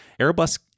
Airbus